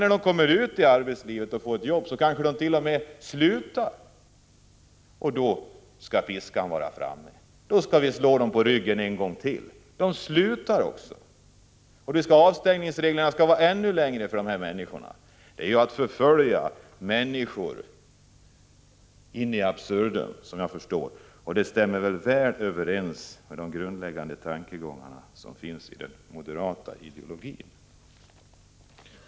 När de kommer ut i arbetslivet på ett jobb kanske de t.o.m. slutar sin anställning. Då skall piskan fram! Då skall vi slå dem på ryggen en gång till. Tänk, de slutar! Enligt moderaternas förslag skall avstängningsreglerna vara ännu hårdare för dessa människor. Det är att förfölja människor in absurdum. Men det stämmer väl överens med de grundläggande tankegångarna i den moderata ideologin.